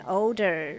older